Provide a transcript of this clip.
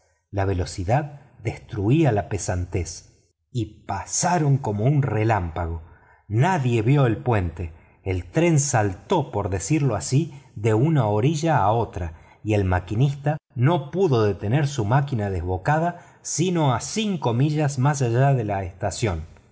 la velocidad destruía la pesantez y pasaron como un relámpago nadie vio el puente el tren saltó por decirlo así de una orilla a otra y el maquinista no pudo detener su máquina desbocada sino a